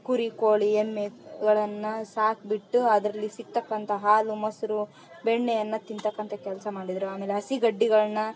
ಕುರಿ ಕೋಳಿ ಎಮ್ಮೆಗಳನ್ನು ಸಾಕಿಬಿಟ್ಟು ಅದರಲ್ಲಿ ಸಿಕ್ಕತಕ್ಕಂಥ ಹಾಲು ಮೊಸರು ಬೆಣ್ಣೆಯನ್ನು ತಿನ್ನತಕ್ಕಂಥ ಕೆಲಸ ಮಾಡಿದರು ಆಮೇಲೆ ಹಸಿ ಗಡ್ಡೆಗಳ್ನ